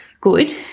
good